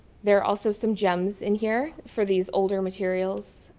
there are also some gems in here for these older materials.